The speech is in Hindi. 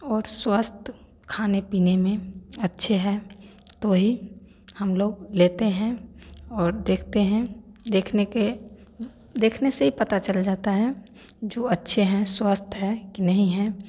और स्वस्थ खाने पीने में अच्छे हैं तो ही हम लोग लेते हैं और देखते हैं देखने के देखने से ही पता चल जाता है जो अच्छे हैं स्वस्थ हैं कि नहीं हैं